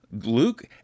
Luke